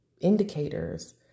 indicators